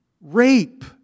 Rape